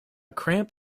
cramp